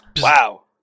Wow